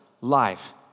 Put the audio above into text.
life